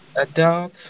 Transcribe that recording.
Adult